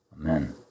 Amen